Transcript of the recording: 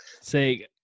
Say